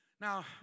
Now